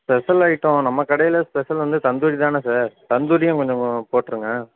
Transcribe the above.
special item நம்ம கடையில் special வந்து தந்தூரி தானே சார் தந்தூரியும் கொஞ்சம் போட்டுருங்க